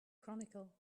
chronicle